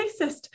racist